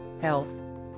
health